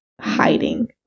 hiding